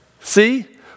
see